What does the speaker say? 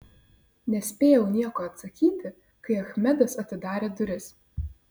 nespėjau nieko atsakyti kai achmedas atidarė duris